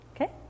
Okay